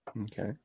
okay